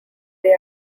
they